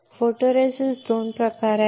फोटोरेसिस्टचे दोन प्रकार आहेत